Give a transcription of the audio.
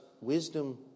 wisdom